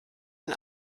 den